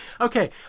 Okay